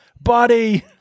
Buddy